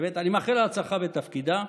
אני מאחל הצלחה בתפקידה,